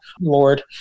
lord